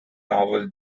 novel